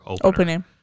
opening